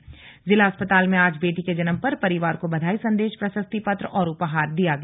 जिला जिलाधिकारी अस्पताल में आज बेटी के जन्म पर परिवार को बधाई संदेश प्रशस्ति पत्र और उपहार दिया गया